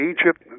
Egypt